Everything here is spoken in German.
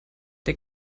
der